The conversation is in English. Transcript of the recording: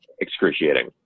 excruciating